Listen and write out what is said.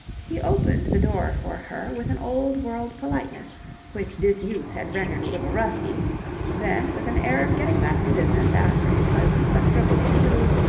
he opened the door for her with an old-world politeness which disuse had rendered a little rusty then, with an air of getting back to business after a pleasant but frivolous interlude,